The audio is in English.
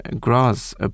grass